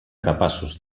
capaços